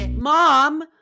Mom